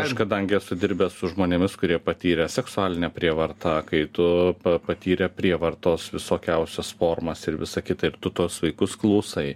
aš kadangi esu dirbęs su žmonėmis kurie patyrė seksualinę prievartą kai tu patyrę prievartos visokiausias formas ir visa kita ir tu tuos vaikus klausai